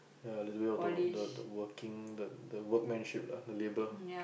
ya a little bit of the work the the working the the workmanship lah the labour